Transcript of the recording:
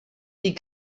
die